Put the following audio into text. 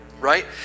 right